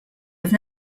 have